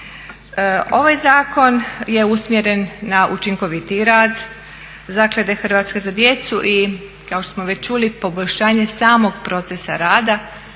Ovaj zakon je usmjeren na učinkovitiji rad Zaklade "Hrvatska za djecu" i kao što smo već čuli poboljšanje samog procesa rada